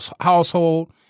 household